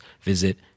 visit